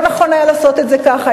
לא נכון היה לעשות את זה ככה.